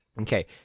okay